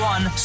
One